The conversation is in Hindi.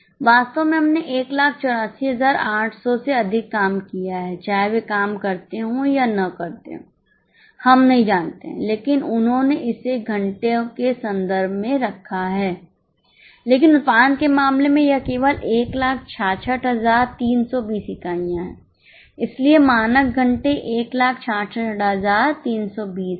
वास्तव में हमने 184800 से अधिक काम किया है चाहे वे काम करते हों या ना करते हो हम नहीं जानते हैं लेकिन उन्होंने इसे घंटों के संदर्भ में रखा है लेकिन उत्पादन के मामले में यह केवल 166320 इकाइयां है इसलिए मानक घंटे 166320 है समझ रहे हैं